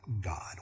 God